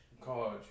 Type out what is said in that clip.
college